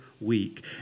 week